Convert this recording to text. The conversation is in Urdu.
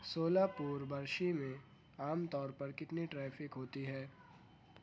سولاپور برشی میں عام طور پر کتنی ٹریفک ہوتی ہے